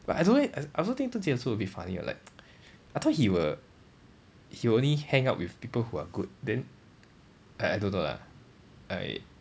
but I don't know leh I I also think dun jie also a bit funny ah like I thought he will he'll only hang out with people who are good then I I don't know lah I